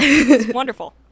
Wonderful